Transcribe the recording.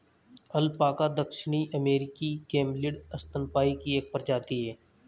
alpaca दक्षिण अमेरिकी camelid स्तनपायी की एक प्रजाति है